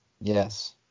Yes